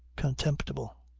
contemptible.